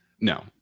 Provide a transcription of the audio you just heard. No